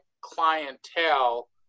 clientele